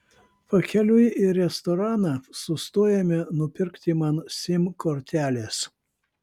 pakeliui į restoraną sustojome nupirkti man sim kortelės